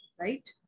Right